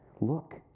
look